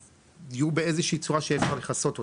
יהיו באיזה שהיא צורה שאפשר יהיה לכסות אותם.